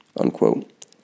unquote